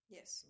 Yes